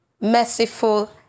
merciful